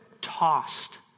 tossed